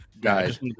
guys